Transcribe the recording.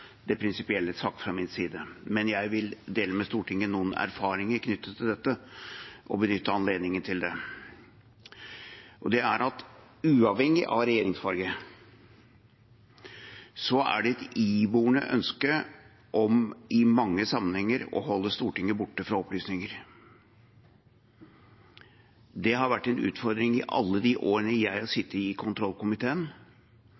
det prinsipielle sagt fra min side. Men jeg vil benytte anledningen til å dele noen erfaringer knyttet til dette med Stortinget. Det er at det uavhengig av regjeringsfarge er et iboende ønske om i mange sammenhenger å holde Stortinget borte fra opplysninger. Det har vært en utfordring i alle de årene jeg har